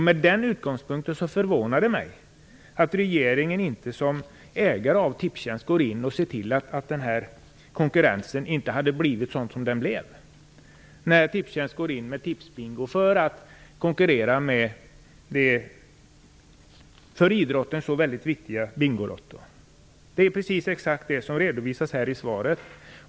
Med den utgångspunkten förvånar det mig att regeringen, som ägare av Tipstjänst, inte sett till att konkurrensen inte blev sådan som den blev, dvs. att Tipstjänst tillåts starta Tips-Bingo för att konkurrera med det för idrottsrörelsen så viktiga Bingolotto. Det är det som redovisas i svaret.